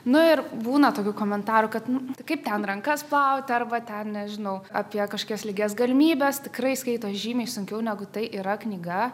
nu ir būna tokių komentarų kad nu kaip ten rankas plauti arba ten nežinau apie kažkokias lygias galimybes tikrai skaito žymiai sunkiau negu tai yra knyga